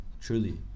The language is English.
truly